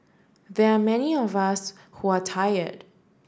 there are many of us who are tired